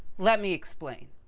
let me explain.